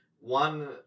one